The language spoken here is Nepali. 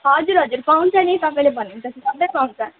हजुर हजुर पाउँछ नि तपाईँले भनेको जति सबै पाउँछ